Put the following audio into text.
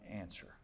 answer